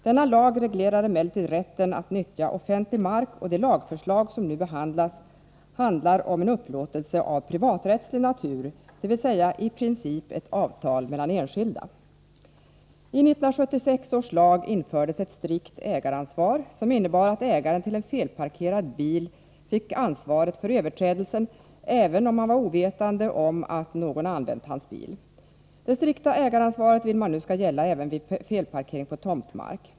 Denna lag reglerar emellertid rätten att nyttja offentlig mark och det lagförslag som nu behandlas handlar om en upplåtelse av privaträttslig natur, dvs. i princip ett avtal mellan enskilda. I 1976 års lag infördes ett strikt ägaransvar, som innebär att ägaren till en felparkerad bil fick ansvaret för överträdelsen, även om han var ovetande om att någon använt hans bil. Det strikta ägaransvaret vill man nu skall gälla även vid felparkering på tomtmark.